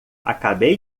acabei